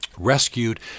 rescued